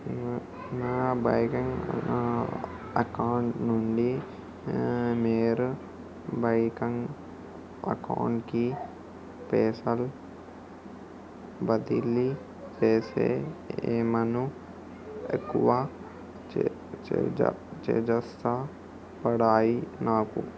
నా bank account నుండి వేరే బ్యాంక్ అకౌంట్ కి పైసల్ బదిలీ చేస్తే ఏమైనా ఎక్కువ చార్జెస్ పడ్తయా నాకు?